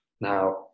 now